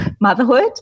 motherhood